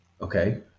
Okay